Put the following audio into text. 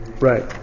Right